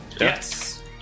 Yes